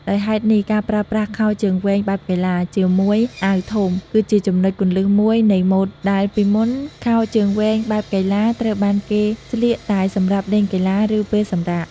ដោយហេតុនេះ ការប្រើប្រាស់ខោជើងវែងបែបកីឡា ជាមួយអាវធំ គឺជាចំណុចគន្លឹះមួយនៃម៉ូដដែលពីមុនខោជើងវែងបែបកីឡាត្រូវបានគេស្លៀកតែសម្រាប់លេងកីឡា ឬពេលសម្រាក។